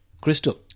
crystal